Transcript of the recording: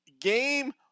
game